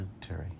Terry